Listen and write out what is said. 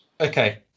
Okay